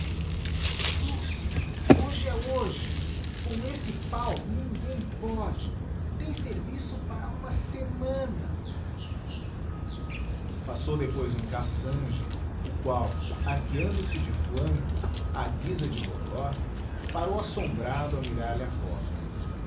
cruz hoje é hoje com esse páo ninguém pôde tem serviço para uma semana passou depois um cassange o qual arqueandose de flanco á guisa de bodoque parou assombrado a mirar lhe a copa